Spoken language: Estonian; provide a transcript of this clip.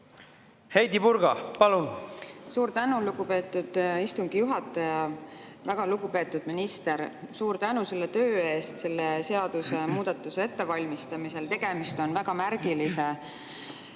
Heidy Purga, palun! Suur tänu, lugupeetud istungi juhataja! Väga lugupeetud minister! Suur tänu selle töö eest selle seadusmuudatuse ettevalmistamisel! Tegemist on märgilise